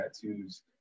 tattoos